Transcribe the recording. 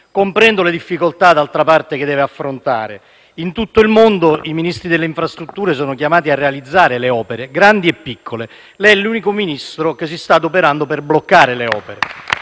parte, le difficoltà che deve affrontare: in tutto il mondo i Ministri delle infrastrutture sono chiamati a realizzare le opere, grandi e piccole; lei è l'unico Ministro che si sta adoperando per bloccare le opere.